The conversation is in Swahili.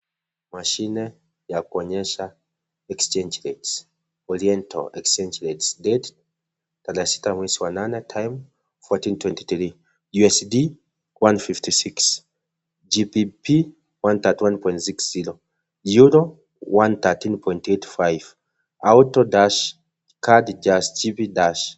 Mashine ya kuonyesha (cs)exchange rates, oriental exchange rates, date(cs)tarehe sita mwezi wa nane,(cs)time fourteen twenty three, USD one fifty six GPP one thirty one point six zero, Euro one thirteen point eight five, Auto dash, CAD dash, JPY dash(cs).